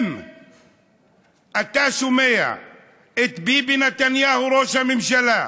אם אתה שומע את ביבי נתניהו, ראש הממשלה,